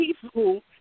people